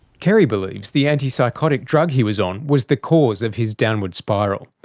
kerrie believes the antipsychotic drug he was on was the cause of his downward spiral.